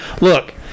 Look